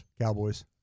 Cowboys